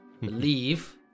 believe